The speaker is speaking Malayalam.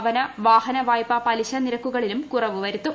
ഭവന വാഹന വായ്പാ പലിശ നിരക്കുകളിലും കുറവ് വരും